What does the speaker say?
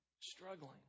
struggling